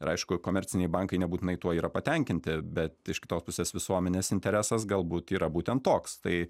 ir aišku komerciniai bankai nebūtinai tuo yra patenkinti bet iš kitos pusės visuomenės interesas galbūt yra būtent toks tai